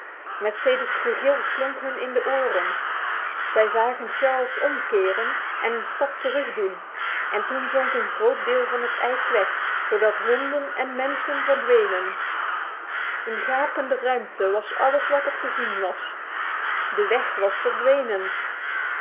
mercedes gegil klonk hun in de oren zij zagen charles omkeren en een stap terugdoen en toen zonk een groot deel van het ijs weg zodat honden en mensen verdwenen een gapende ruimte was alles wat er te zien was de weg was verdwenen